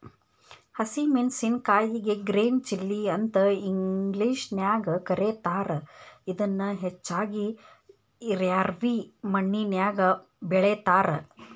ಹಸಿ ಮೆನ್ಸಸಿನಕಾಯಿಗೆ green chilli ಅಂತ ಇಂಗ್ಲೇಷನ್ಯಾಗ ಕರೇತಾರ, ಇದನ್ನ ಹೆಚ್ಚಾಗಿ ರ್ಯಾವಿ ಮಣ್ಣಿನ್ಯಾಗ ಬೆಳೇತಾರ